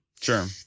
Sure